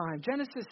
Genesis